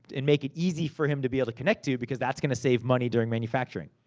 and make it easy for him to be able to connect to. because that's gonna save money during manufacturing.